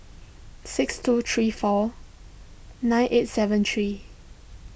six two three four nine eight seven three